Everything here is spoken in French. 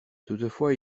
toutefois